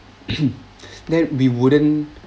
then we wouldn't